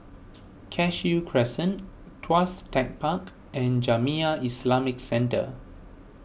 Cashew Crescent Tuas Tech Park and Jamiyah Islamic Centre